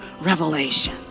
revelation